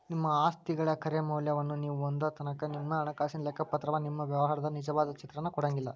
ನಿಮ್ಮ ಆಸ್ತಿಗಳ ಖರೆ ಮೌಲ್ಯವನ್ನ ನೇವು ಹೊಂದೊತನಕಾ ನಿಮ್ಮ ಹಣಕಾಸಿನ ಲೆಕ್ಕಪತ್ರವ ನಿಮ್ಮ ವ್ಯವಹಾರದ ನಿಜವಾದ ಚಿತ್ರಾನ ಕೊಡಂಗಿಲ್ಲಾ